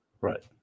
Right